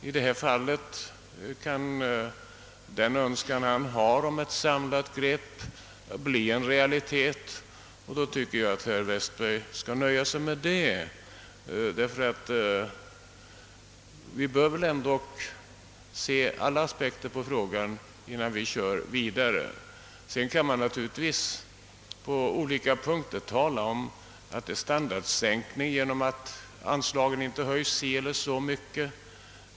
I detta fall kan den önskan han har om ett samlat grepp bli en realitet, och då tycker jag att herr Westberg skall nöja sig med det, ty vi bör väl ändå se alla aspekter på frågan innan vi kör vidare. Sedan kan man naturligtvis här som på andra punkter hävda att det blir en standardsänkning genom att anslaget inte höjs så eller så mycket.